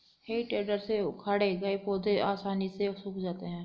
हेइ टेडर से उखाड़े गए पौधे आसानी से सूख जाते हैं